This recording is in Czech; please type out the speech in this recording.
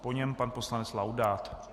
Po něm pan poslanec Laudát.